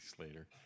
later